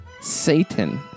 Satan